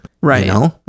Right